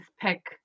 pick